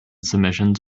submissions